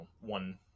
one